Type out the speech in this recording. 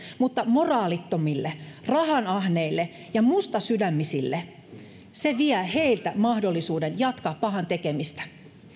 mutta moraalittomilta rahanahneilta ja mustasydämisiltä se vie mahdollisuuden jatkaa pahan tekemistä